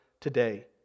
today